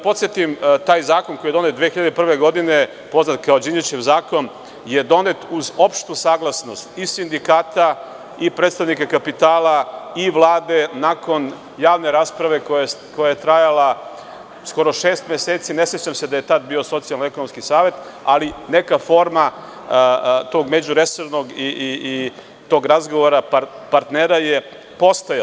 Podsetiću, taj zakon koji je donet 2001. godine, poznat kao Đinđićev zakon, je donet uz opštu saglasnost i sindikata i predstavnika kapitala i Vlade nakon javne rasprave koja je trajala skoro šest meseci, ne sećam se da je tada bio Socijalno-ekonomski savet, ali neka forma tog međuresornog i tog razgovora partnera je postojao.